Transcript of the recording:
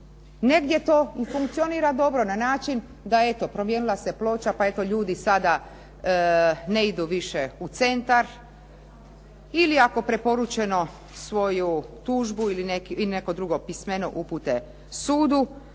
negdje to i funkcionira dobro na način da eto promijenila se ploča pa eto ljudi sada ne idu više u centar ili ako preporučeno svoju tužbu ili neko drugo pismeno upute sudu,